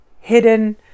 hidden